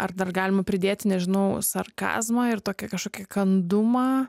ar dar galima pridėti nežinau sarkazmą ir tokį kažkokį kandumą